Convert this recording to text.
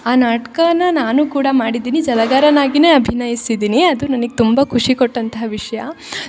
ಆ ನಾಟಕ ನಾನು ಕೂಡ ಮಾಡಿದಿನಿ ಜಲಗಾರನಾಗಿನೇ ಅಭಿನಯಿಸಿದಿನಿ ಅದು ನನಗ್ ತುಂಬ ಖುಷಿ ಕೊಟ್ಟಂತಹ ವಿಷಯ